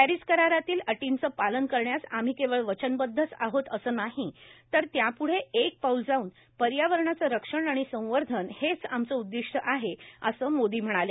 Paris करारातल्या अटींचे पालन करण्यास आम्ही केवळ वचनबद्ध आहोत असे नाहे तर त्याप्ढे एक पाऊल जाऊन पर्यावरणाचं रक्षण आणि संवर्धन हेच आमचे उददिष्ट आहे असे मोदी म्हणाले